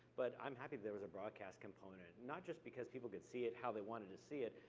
but i'm happy there was a broadcast component, not just because people could see it how they wanted to see it,